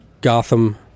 Gotham